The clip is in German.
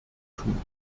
tun